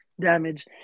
damage